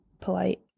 polite